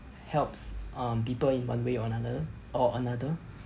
helps um people in one way or another or another